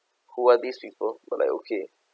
who are these people but like okay